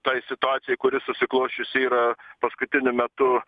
tai situacijai kuri susiklosčiusi yra paskutiniu metu